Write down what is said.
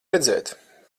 redzēt